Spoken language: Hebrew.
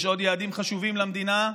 יש עוד יעדים חשובים למדינה,